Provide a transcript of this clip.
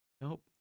Nope